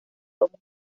tomos